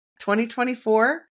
2024